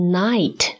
night